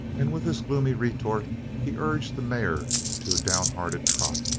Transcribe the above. and with this gloomy retort, he urged the mare to a down-headed trot.